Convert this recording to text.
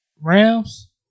Rams